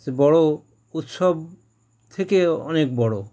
সে বড় উৎসব থেকেও অনেক বড়